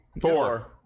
Four